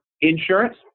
insurance